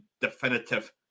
definitive